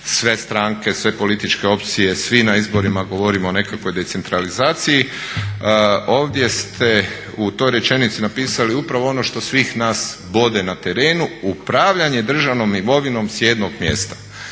sve stranke, sve političke opcije, svi na izborima govorimo o nekakvoj decentralizaciji, ovdje ste u toj rečenici napisali upravo ono što svih nas bode na terenu upravljanje državnog imovinom s jednog mjesta.